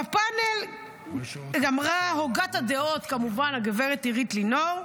בפאנל אמרה הוגת הדעות, כמובן, הגברת עירית לינור: